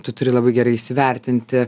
tu turi labai gerai įsivertinti